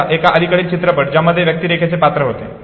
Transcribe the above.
त्याचा एक अलीकडील चित्रपट ज्यामध्ये या व्यक्तिरेखेचे पात्र होते